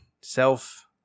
self